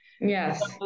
Yes